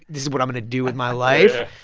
this is what i'm going to do with my life.